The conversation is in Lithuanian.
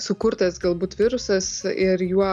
sukurtas galbūt virusas ir juo